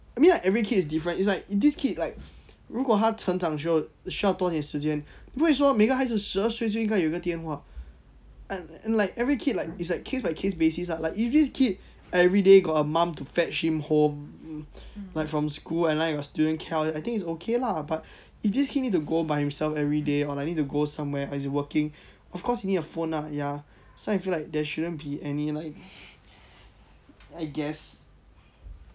I mean like every kid is different it's like this kid like 如果他成长时候需要多点时间不会说每个孩子十二岁就应该有一个电话 and like every kid like it's like case by case basis lah like usually this kid everyday got a mum to fetch him home like from school and like got student call and I think it's okay lah but if this kid need to go by himself everyday or like need to go somewhere or is working of course he need a phone lah ya so I feel like there shouldn't be any like I guess